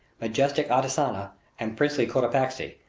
majestic antisana and princely cotopaxi,